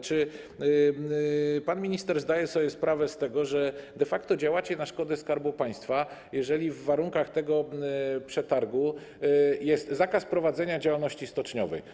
Czy pan minister zdaje sobie sprawę z tego, że de facto działacie na szkodę Skarbu Państwa, jeżeli w warunkach tego przetargu jest zakaz prowadzenia działalności stoczniowej?